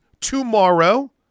tomorrow